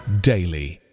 daily